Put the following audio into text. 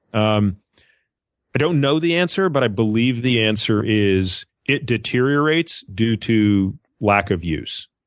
um i don't know the answer, but i believe the answer is it deteriorates due to lack of use.